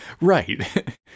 Right